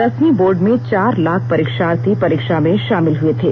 दसवीं बोर्ड में चार लाख परीक्षार्थी परीक्षा में शामिल हुए थे